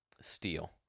steel